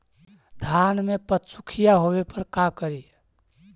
धान मे पत्सुखीया होबे पर का करि?